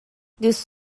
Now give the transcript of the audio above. دوست